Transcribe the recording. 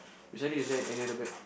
beside it is there any other bag